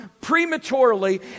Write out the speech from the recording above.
prematurely